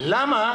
למה